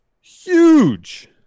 huge